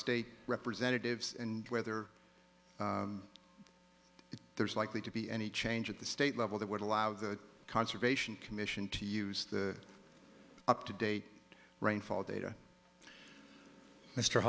state representatives and whether there is likely to be any change at the state level that would allow the conservation commission to use the up to date rainfall data mr